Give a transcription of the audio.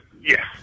Yes